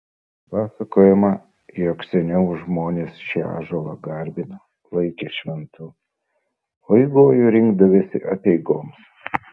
pasakojama jog seniau žmonės šį ąžuolą garbino laikė šventu o į gojų rinkdavęsi apeigoms